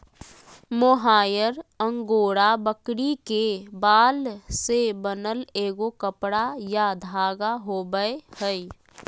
mohair angora बकरी के बाल से बनल एगो कपड़ा या धागा होबैय हइ